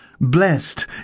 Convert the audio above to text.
Blessed